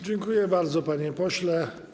Dziękuję bardzo, panie pośle.